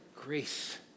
grace